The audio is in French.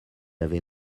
avait